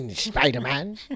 Spider-Man